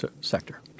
sector